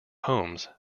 homes